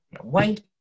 white